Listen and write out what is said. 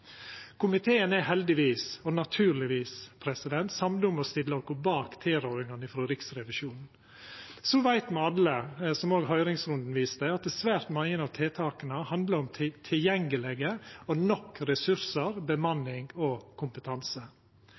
komiteen er me heldigvis og naturlegvis samde om å stilla oss bak tilrådinga frå Riksrevisjonen. Så veit me alle, som høyringsrunden viste, at svært mange av tiltaka handlar om tilgjengelege og nok ressursar, bemanning og kompetanse.